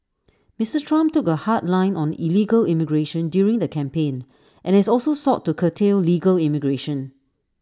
Mister Trump took A hard line on illegal immigration during the campaign and has also sought to curtail legal immigration